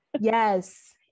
yes